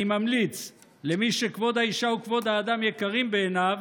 אני ממליץ למי שכבוד האישה וכבוד האדם יקרים בעיניו,